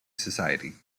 society